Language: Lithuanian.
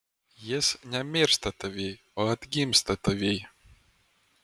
jis nemiršta tavyj o atgimsta tavyj